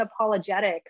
unapologetic